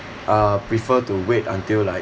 uh prefer to wait until like